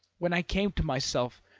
when i came to myself,